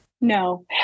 no